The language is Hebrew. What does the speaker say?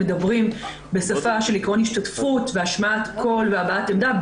מדברים בשפה של עיקרון השתתפות והשמעת קול והבעת עמדה,